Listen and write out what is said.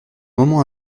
moment